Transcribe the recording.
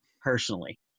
personally